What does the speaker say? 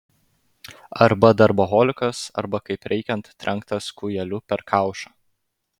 arba darboholikas arba kaip reikiant trenktas kūjeliu per kaušą